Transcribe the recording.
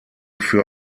für